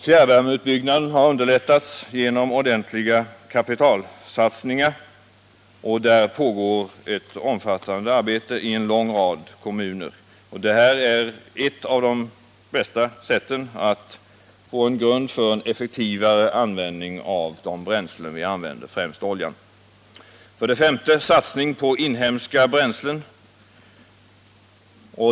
Fjärrvärmeutbyggnaden har = underlättats genom = ordentliga kapitalsatsningar. Här pågår ett omfattande arbete i en lång rad kommuner. Detta är ett av de bästa sätten att få en grund för en effektivare användning av de bränslen vi använder, främst oljan genom användning av kraftvärme. 5. Satsning på inhemska bränslen.